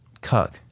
cuck